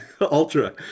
ultra